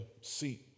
seat